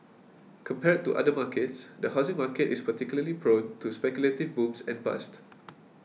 compared to other markets the housing market is particularly prone to speculative booms and bust